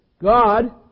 God